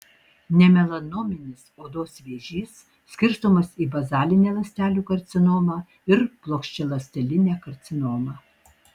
nemelanominis odos vėžys skirstomas į bazalinę ląstelių karcinomą ir plokščialąstelinę karcinomą